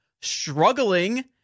Struggling